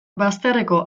bazterreko